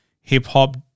hip-hop